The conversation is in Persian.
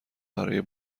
برای